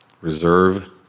Reserve